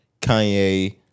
Kanye